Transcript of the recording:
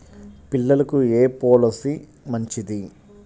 పిల్లలకు ఏ పొలసీ మంచిది?